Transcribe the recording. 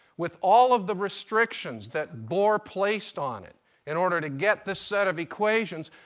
with all of the restrictions that bohr placed on it in order to get this set of equations,